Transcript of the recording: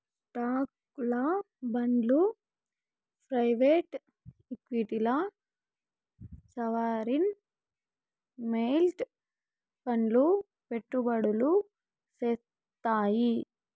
స్టాక్లు, బాండ్లు ప్రైవేట్ ఈక్విటీల్ల సావరీన్ వెల్త్ ఫండ్లు పెట్టుబడులు సేత్తాయి